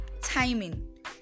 Timing